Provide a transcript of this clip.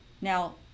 Now